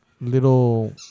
little